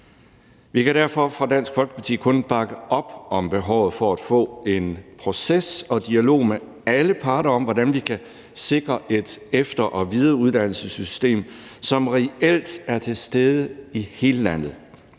Folkepartis side kun bakke op om behovet for at få en proces og dialog med alle parter om, hvordan vi kan sikre et efter- og videreuddannelsessystem, som reelt er til stede i hele landet.